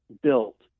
built